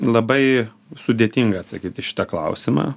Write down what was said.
labai sudėtinga atsakyt į šitą klausimą